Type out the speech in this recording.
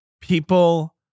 People